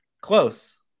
close